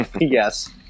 Yes